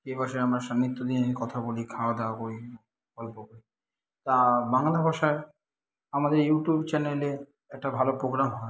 যেই ভাষায় আমরা সান্নিধ্য নিয়ে কথা বলি খাওয়া দাওয়া করি গল্প করি তা বাংলা ভাষায় আমাদের ইউটিউব চ্যানেলে একটা ভালো পোগ্রাম হয়